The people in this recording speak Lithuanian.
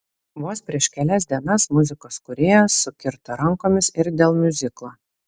vos prieš kelias dienas muzikos kūrėjas sukirto rankomis ir dėl miuziklo